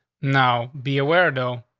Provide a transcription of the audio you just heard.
now be a weirdo.